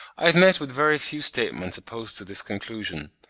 i have met with very few statements opposed to this conclusion.